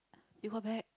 you got back